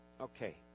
Okay